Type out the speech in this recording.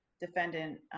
defendant